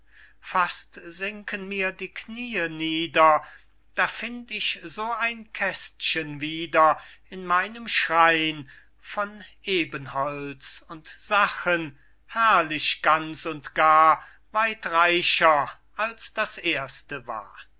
fast sinken mir die kniee nieder da find ich so ein kästchen wieder in meinem schrein von ebenholz und sachen herrlich ganz und gar weit reicher als das erste war